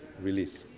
release.